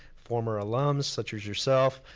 former alums such as yourself.